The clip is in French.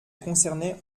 concernait